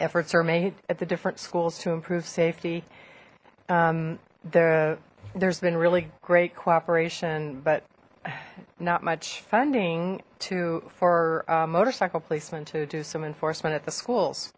efforts are made at the different schools to improve safety there there's been really great cooperation but not much funding for motorcycle policeman to do some enforcement at the schools